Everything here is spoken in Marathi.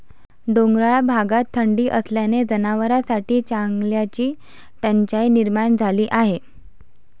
डोंगराळ भागात थंडी असल्याने जनावरांसाठी चाऱ्याची टंचाई निर्माण झाली आहे